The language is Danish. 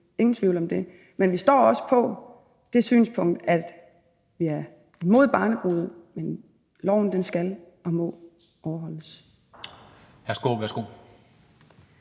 ingen tvivl om det. Vi står på det synspunkt, at vi er imod barnebrude, men at loven skal og må overholdes.